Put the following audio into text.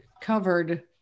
covered